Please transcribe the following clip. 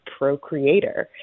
procreator